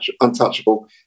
untouchable